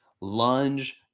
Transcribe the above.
lunge